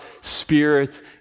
Spirit